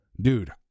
Dude